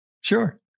Sure